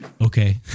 okay